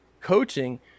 coaching